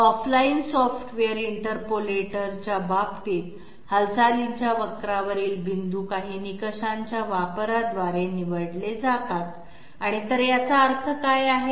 तर offline software इंटरपोलेटरच्या बाबतीत हालचालींच्या वक्रावरील बिंदू काही निकषांच्या वापराद्वारे निवडले जातात तर याचा अर्थ काय आहे